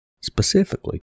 Specifically